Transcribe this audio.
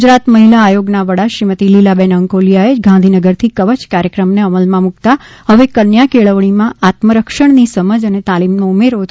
ગુજરાત મહિલા આયોગના વડા શ્રીમતી લીલાબેન આંકોલીયાએ ગાંધીનગરથી કવચ કાર્યક્રમને અમલમાં મુકતા હવે કન્યાકેળવણીમાં આત્મરક્ષણની સમજ અને તાલીમનો ઊમેરો થયો છે